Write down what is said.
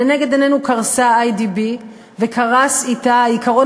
לנגד עינינו קרסה "איי.די.בי" וקרס אתה העיקרון